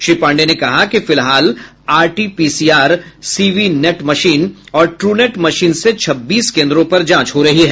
श्री पाण्डेय ने कहा कि फिलहाल आरटीपीसीआर सीवी नेट मशीन और ट्रू नेट मशीन से छब्बीस केंद्रों पर जांच हो रही है